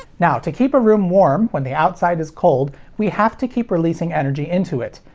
now, to keep a room warm when the outside is cold, we have to keep releasing energy into it.